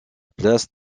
place